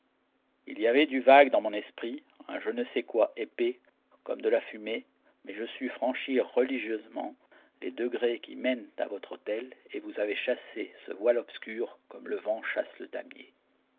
il y avait du vague dans mon esprit un je ne sais quoi épais comme de la fumée mais je sus franchir religieusement les degrés qui mènent à votre autel et vous avez chassé ce voile obscur comme le vent chasse le damier